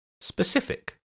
specific